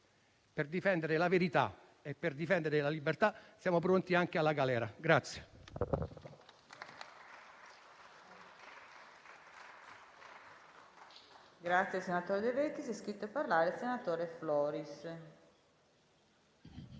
per difendere la verità e per difendere la libertà siamo pronti anche alla galera.